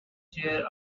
chair